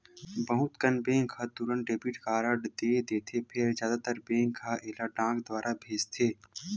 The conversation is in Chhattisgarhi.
बहुत कन बेंक ह तुरते डेबिट कारड दे देथे फेर जादातर बेंक ह एला डाक दुवार भेजथे